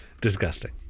Disgusting